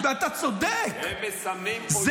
הם מסמנים אויבים, בכל יום.